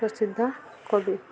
ପ୍ରସିଦ୍ଧ କବି